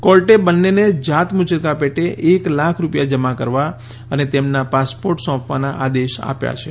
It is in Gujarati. કોર્ટે બંનેને જાત મુચરકા પેટે એક લાખ રૂપિયા જમા કરવા અને તેમના પાસપોર્ટ સોંપવાના આદેશ આપ્યા છે